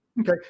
Okay